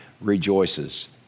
rejoices